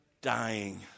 dying